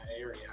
area